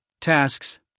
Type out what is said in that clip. tasks